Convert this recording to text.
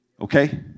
Okay